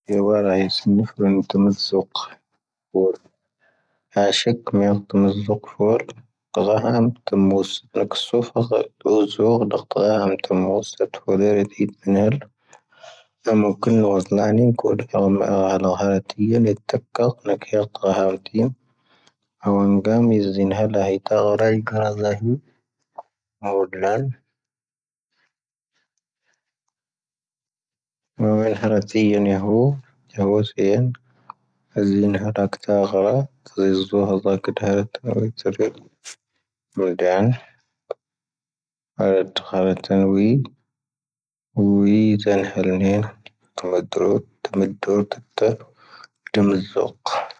ⵣⵉⵡⴰⵔⴰⵀ ⵜⴰ ⵢⵉ ⵜⴰⵎⵣⴰⴰⵣⵣⵓⴽ ⵀⴰⵍⴰⵡⴰⵜⵉ ⴰ ⵡⴰⵏⴳⴰⵎ ⵜⵉⵍⴰ ⵣⴰⵀ ⵔⴰⵢⴰ ⵜⵉ